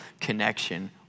connection